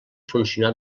funcionar